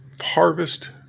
harvest